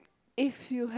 if you have